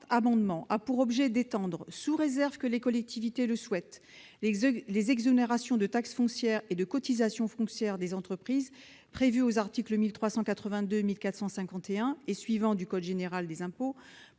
proposons-nous d'étendre, sous réserve que les collectivités territoriales le souhaitent, les exonérations de taxe foncière et de cotisation foncière des entreprises prévues aux articles 1382, 1451 et suivants du code général des impôts